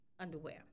underwear